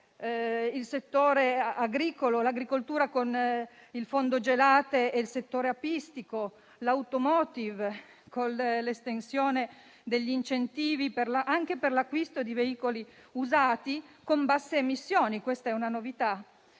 sul settore agricolo, con il fondo gelate, sul settore apistico e sull'*automotive*, con l'estensione degli incentivi anche per l'acquisto di veicoli usati con basse emissioni. Questa è una novità.